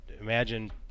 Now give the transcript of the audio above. imagine